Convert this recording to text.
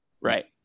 Right